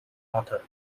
author